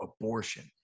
abortion